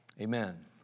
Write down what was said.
amen